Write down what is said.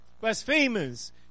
blasphemers